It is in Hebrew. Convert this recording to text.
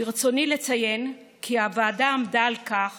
ברצוני לציין כי הוועדה עמדה על כך